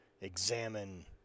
examine